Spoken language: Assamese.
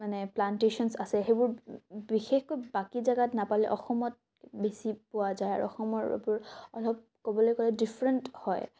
মানে প্লানটেশ্যনচ আছে সেইবোৰ বিশেষকৈ বাকী জাগাত নাপালেও অসমত বেছি পোৱা যায় আৰু অসমৰ এইবোৰ অলপ ক'বলৈ গ'লে ডিফৰেণ্ট হয়